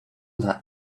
that